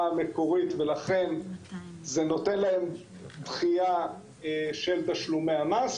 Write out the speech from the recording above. המקורית ולכן זה נותן להם דחייה של תשלומי המס.